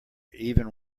even